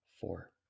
four